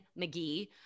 McGee